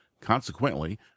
Consequently